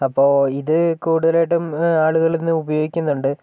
അപ്പോൾ ഇത് കൂടുതലായിട്ടും ആളുകൾ ഇന്ന് ഉപയോഗിക്കുന്നുണ്ട്